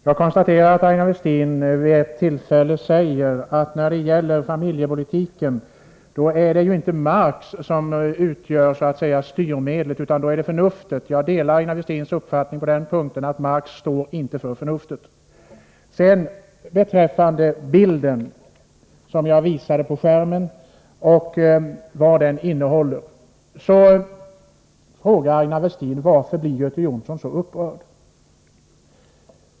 Herr talman! Aina Westin sade bl.a. att det när det gäller familjepolitiken inte är Marx som så att säga utgör styrmedlet, utan det är förnuftet. Jag delar Aina Westins uppfattning på den punkten, att Marx inte står för förnuftet. Beträffande den bild som jag visade på kammarens bildskärm frågade Aina Westin: Varför blir Göte Jonsson så upprörd?